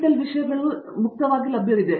ಎಲ್ಲಾ NPTEL ವಿಷಯಗಳಂತೆಯೇ post ಮುಕ್ತವಾಗಿ ಲಭ್ಯವಿದೆ